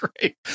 great